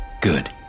Good